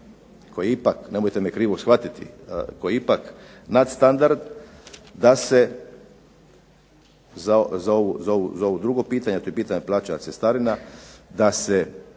koji je ipak, nemojte me krivo shvatiti, koji je ipak nadstandard, da se za ovo drugo pitanje, to je pitanje cestarina, da se